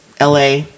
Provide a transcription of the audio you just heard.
LA